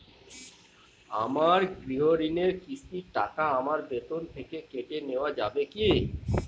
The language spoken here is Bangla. আমার গৃহঋণের কিস্তির টাকা আমার বেতন থেকে কেটে নেওয়া যাবে কি?